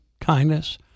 kindness